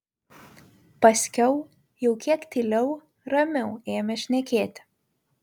paskiau jau kiek tyliau ramiau ėmė šnekėti